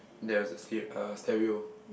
there is a ste~ uh stereo